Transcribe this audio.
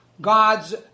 God's